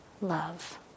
love